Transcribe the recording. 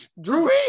Drew